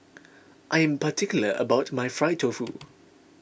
I am particular about my Fried Tofu